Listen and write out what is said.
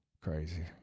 crazy